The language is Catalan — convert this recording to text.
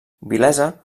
vilesa